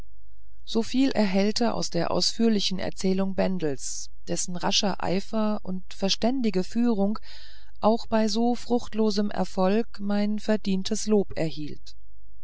so viel erhellte aus der ausführlichen erzählung bendels dessen rascher eifer und verständige führung auch bei so fruchtlosem erfolge mein verdientes lob erhielten